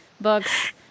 books